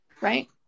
right